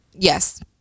Yes